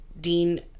Dean